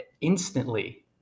instantly